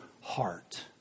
heart